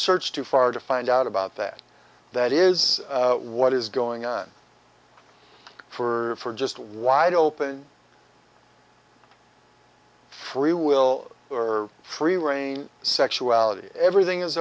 search too far to find out about that that is what is going on for just wide open free will or free reign sexuality everything is